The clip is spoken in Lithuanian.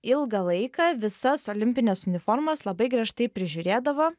ilgą laiką visas olimpines uniformas labai griežtai prižiūrėdavo